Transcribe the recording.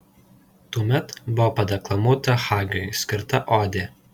tuomet buvo padeklamuota hagiui skirta odė